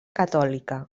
catòlica